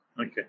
Okay